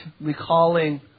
recalling